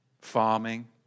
farming